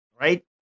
right